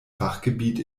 fachgebiet